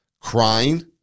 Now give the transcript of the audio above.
crying